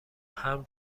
حمل